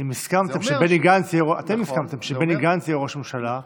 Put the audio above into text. אם הסכמתם שבני גנץ יהיה ראש ממשלה,